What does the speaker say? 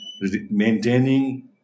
maintaining